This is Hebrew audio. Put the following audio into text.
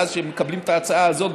ואז כשמקבלים את ההצעה הזו,